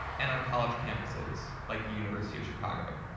and on college campuses like the university of chicago.